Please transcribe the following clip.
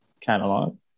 catalog